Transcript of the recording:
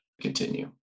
continue